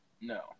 No